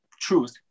truth